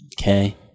Okay